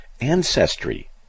ancestry